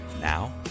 Now